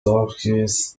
darkness